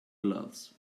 gloves